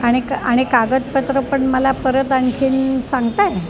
आणि कागदपत्र पण मला परत आणखीन सांगत आहे